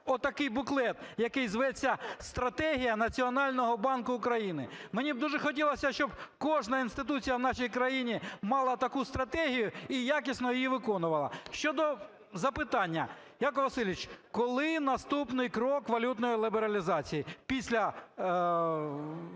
отакий буклет, який зветься: "Стратегія Національного банку України"? Мені б дуже хотілося б, щоб кожна інституція в нашій країні мала таку стратегію і якісно її виконувала. Щодо запитання, Яків Васильович, коли наступний крок валютної лібералізації після того,